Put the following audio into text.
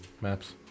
maps